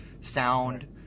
sound